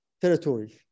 territory